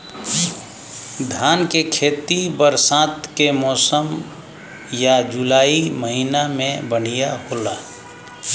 धान के खेती बरसात के मौसम या जुलाई महीना में बढ़ियां होला?